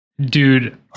Dude